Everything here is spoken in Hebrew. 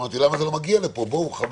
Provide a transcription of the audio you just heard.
אמרתי למה זה לא מגיע לפה - חבל,